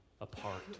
apart